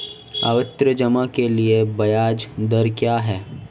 आवर्ती जमा के लिए ब्याज दर क्या है?